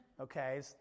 okay